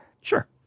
Sure